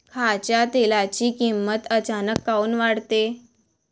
खाच्या तेलाची किमत अचानक काऊन वाढते?